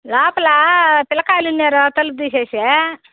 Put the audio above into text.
లోపల పిల్లకాయలు ఉన్నారు తలుపు తీసేసె